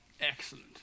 Excellent